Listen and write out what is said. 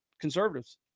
conservatives